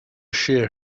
shear